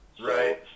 Right